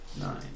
nine